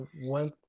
one